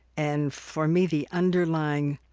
and for me, the underlying